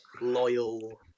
loyal